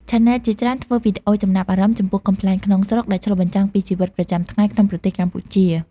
ឆានែលជាច្រើនធ្វើវីដេអូចំណាប់អារម្មណ៍ចំពោះកំប្លែងក្នុងស្រុក ដែលឆ្លុះបញ្ចាំងពីជីវិតប្រចាំថ្ងៃក្នុងប្រទេសកម្ពុជា។